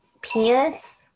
penis